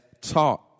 taught